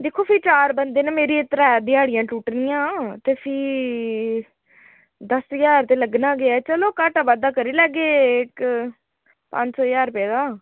दिक्खो फ्ही चार बंदे न मेरियां त्रै ध्याड़ियां टुटनियां ते फ्ही दस्स ज्हार ते लग्गना गै चलो घाटा बाद्धा करी लैह्गे इक पंज सौ ज्हार रपेऽ दा